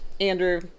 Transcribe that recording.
Andrew